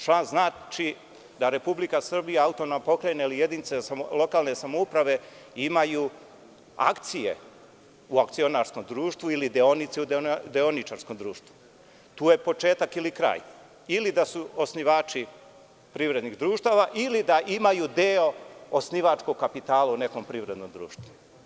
Član znači da Republika Srbija, autonomna pokrajina ili jedinica lokalne samouprave imaju akcije u akcionarskom društvu ili deonice u deoničarskom društvu, tu je početak ili kraj, ili da su osnivači privrednih društava ili da imaju deo osnivačkog kapitala u nekom privrednom društvu.